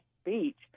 speech